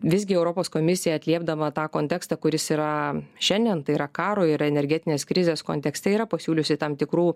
visgi europos komisija atliepdama tą kontekstą kuris yra šiandien tai yra karo ir energetinės krizės kontekste yra pasiūliusi tam tikrų